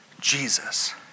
Jesus